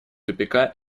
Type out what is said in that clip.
тупика